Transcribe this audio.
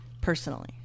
personally